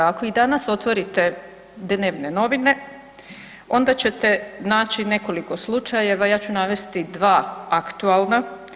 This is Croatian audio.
Ako i danas otvorite dnevne novine, onda ćete naći nekoliko slučajeva, ja ću navesti 2 aktualna.